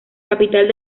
capital